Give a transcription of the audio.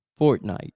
Fortnite